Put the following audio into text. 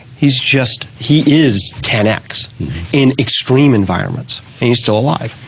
he's just, he is ten x in extreme environments and he's still alive.